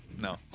No